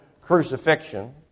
crucifixion